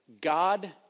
God